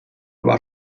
aber